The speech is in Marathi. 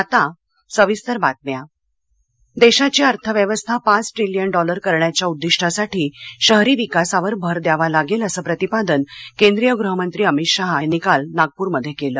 अमित शहा नागपर देशाची अर्थव्यवस्था पाच ट्रिलीयन डॉलर करण्याच्या उद्दिष्टासाठी शहरी विकासावर भर द्यावा लागेल असं प्रतिपादन केंद्रीय गृहमंत्री अमित शहा यांनी काल नागपूर मध्ये केलं